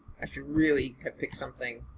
i should really pick something